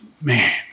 man